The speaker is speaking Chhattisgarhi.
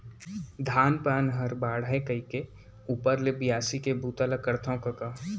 धान पान हर बाढ़य कइके ऊपर ले बियासी के बूता ल करथव कका